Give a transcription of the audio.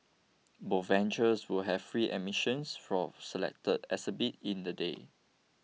more ventures will have free admissions for selected exhibits in the day